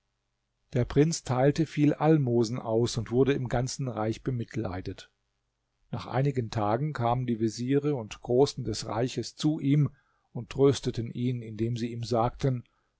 der prinz teilte viel almosen aus und wurde im ganzen reich bemitleidet nach einigen tagen kamen die veziere und großen des reiches zu ihm und trösteten ihn indem sie ihm sagten